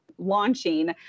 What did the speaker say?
launching